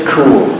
Cool